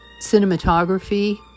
cinematography